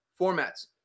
formats